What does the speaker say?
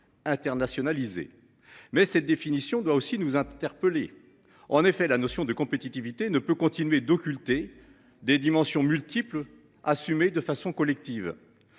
Internationaliser mais cette définition doit aussi nous interpeller. En effet la notion de compétitivité ne peut continuer d'occulter des dimensions multiples assumer de façon collective.